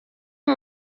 abo